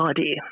idea